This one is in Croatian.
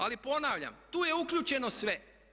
Ali ponavljam, tu je uključeno sve.